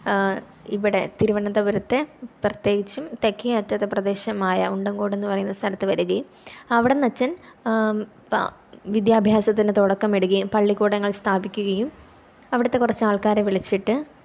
ഇവിടെ തിരുവനന്തപുരത്തെ പ്രത്യേകിച്ചും തെക്കേയറ്റത്തെ പ്രദേശമായ ഉണ്ടന്കോടെന്നു പറയുന്ന സ്ഥലത്ത് വരികയും അവിടെ നിന്ന് അച്ഛന് വിദ്യാഭ്യാസത്തിന് തുടക്കമിടുകയും പള്ളിക്കൂടങ്ങള് സ്ഥാപിക്കുകയും അവിടുത്തെ കുറച്ചാള്ക്കാരെ വിളിച്ചിട്ട്